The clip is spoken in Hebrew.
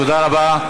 תודה רבה.